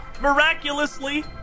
Miraculously